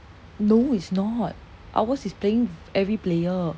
no it's not ours is playing with every player